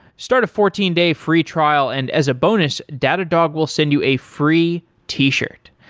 start a fourteen day free trial and as a bonus, data dog will send you a free t shirt.